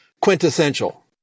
quintessential